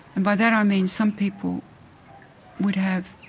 and by that i mean some people would have